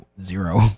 zero